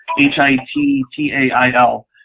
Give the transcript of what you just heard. H-I-T-T-A-I-L